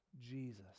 Jesus